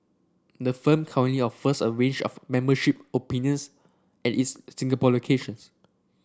the firm currently offers a range of membership opinions at its Singapore locations